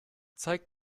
zeig